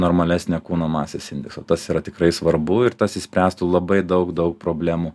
normalesnę kūno masės indeksą tas yra tikrai svarbu ir tas išspręstų labai daug daug problemų